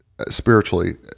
spiritually